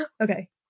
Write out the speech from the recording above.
Okay